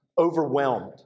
overwhelmed